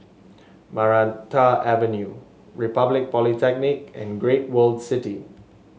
Maranta Avenue Republic Polytechnic and Great World City